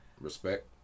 Respect